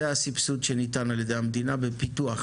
זה הסבסוד שניתן על ידי המדינה בפיתוח,